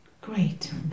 Great